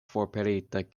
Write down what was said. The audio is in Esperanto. forpelita